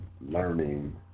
learning